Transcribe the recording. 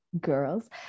girls